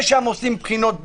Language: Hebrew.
ושם עושים בחינות ביניים,